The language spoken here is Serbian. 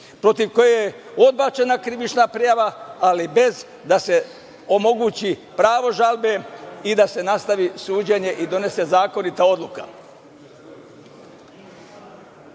Marčetić je odbačena krivična prijava, ali bez da se omogući pravo žalbe i da se nastavi suđenje i donese zakonita odluka. Pozvao